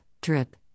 drip